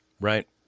Right